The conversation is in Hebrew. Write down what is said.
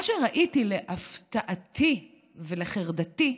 מה שראיתי, להפתעתי ולחרדתי,